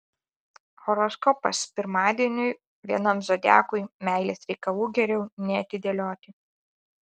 horoskopas pirmadieniui vienam zodiakui meilės reikalų geriau neatidėlioti